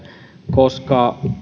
koska